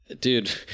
Dude